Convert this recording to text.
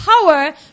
power